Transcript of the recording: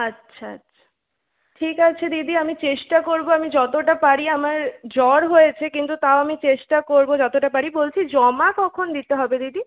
আচ্ছা আচ্ছা ঠিক আছে দিদি আমি চেষ্টা করবো আমি যতটা পারি আমার জ্বর হয়েছে কিন্তু তাও আমি চেষ্টা করবো যতটা পারি বলছি জমা কখন দিতে হবে দিদি